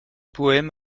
poèmes